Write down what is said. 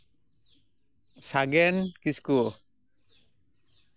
ᱥᱟᱜᱮᱱ ᱠᱤᱥᱠᱩ